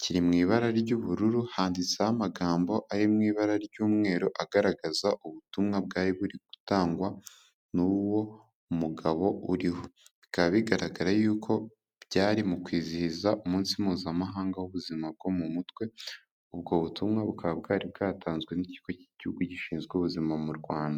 kiiri mu ibara ry'ubururu handitseho amagambo ari mu ibara ry'umweru, agaragaza ubutumwa bwari buri gutangwa n'uwo mugabo uriho, bikaba bigaragara yuko byari mu kwizihiza umunsi mpuzamahanga w'ubuzima bwo mu mutwe, ubwo butumwa bukaba bwari bwatanzwe n'ikigo k'igihugu gishinzwe ubuzima mu Rwanda.